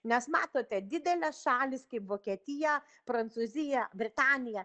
nes matote didelės šalys kaip vokietija prancūzija britanija